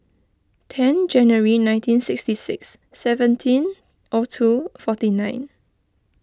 ten Jan nineteen sixty six seventeen O two forty nine